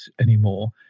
anymore